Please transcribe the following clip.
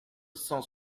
cent